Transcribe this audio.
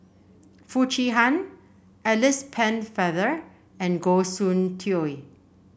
Foo Chee Han Alice Pennefather and Goh Soon Tioe